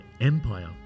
Empire